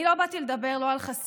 אני לא באתי לדבר לא על חסינות